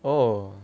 oh